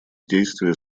действия